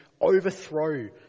overthrow